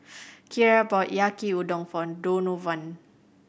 Kierra bought Yaki Udon for Donovan